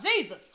Jesus